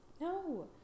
No